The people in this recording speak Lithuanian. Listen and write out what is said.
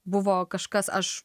buvo kažkas aš